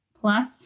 plus